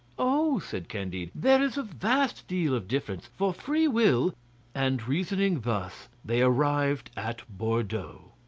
oh! said candide, there is a vast deal of difference, for free will and reasoning thus they arrived at bordeaux.